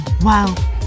Wow